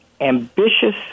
ambitious